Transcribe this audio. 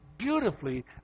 Beautifully